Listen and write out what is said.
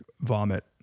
vomit